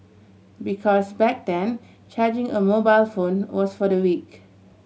because back then charging a mobile phone was for the weak